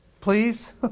Please